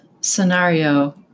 scenario